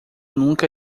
nunca